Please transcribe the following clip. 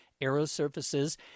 aerosurfaces